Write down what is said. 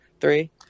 three